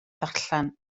ddarllen